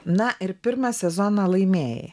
na ir pirmą sezoną laimėjai